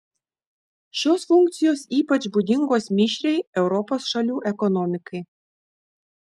šios funkcijos ypač būdingos mišriai europos šalių ekonomikai